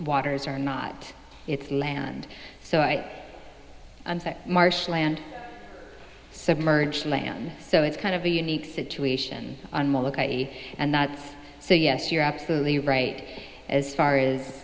waters or not it's land so i marsh land submerged land so it's kind of a unique situation on well ok and so yes you're absolutely right as far as